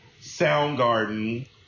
Soundgarden